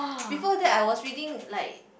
before that I was reading like